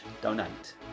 donate